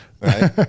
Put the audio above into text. Right